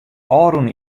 ôfrûne